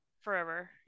Forever